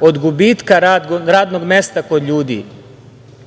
od gubitka radnog mesta kod ljudi, po